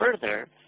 further